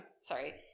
Sorry